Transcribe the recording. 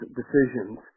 decisions